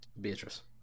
Beatrice